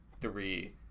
three